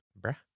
bruh